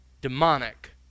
demonic